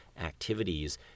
activities